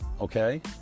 okay